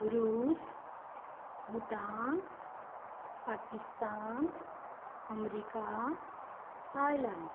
Russia Bhutan Pakistan America Thailand